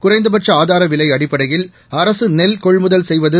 குறைந்தபட்ச ஆதார விலை அடிப்படையில் அரசு நெல் கொள்முதல் செய்வது